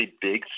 big